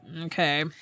Okay